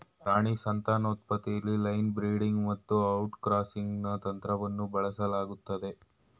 ಪ್ರಾಣಿ ಸಂತಾನೋತ್ಪತ್ತಿಲಿ line breeding ಮತ್ತುಔಟ್ಕ್ರಾಸಿಂಗ್ನಂತಂತ್ರವನ್ನುಬಳಸಲಾಗ್ತದೆ